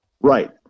Right